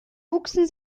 wuchsen